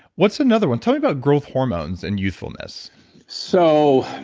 what's another one? tell me about growth hormones and youthfulness so